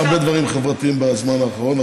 הממשלה עושה הרבה דברים חברתיים בזמן האחרון,